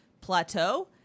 plateau